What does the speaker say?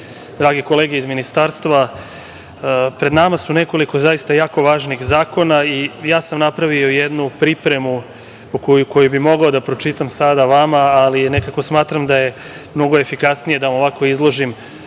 drage kolege iz ministarstva, pred nama su nekoliko, zaista jako važnih zakona. Napravio sam jednu pripremu koju bi mogao da pročitam sada vama, ali, nekako smatram da je mnogo efikasnije da vam ovako izložim